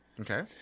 Okay